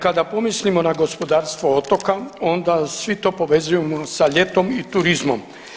Kada pomislimo na gospodarstvo otoka onda svi to povezujemo sa ljetom i turizmom.